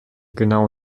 genau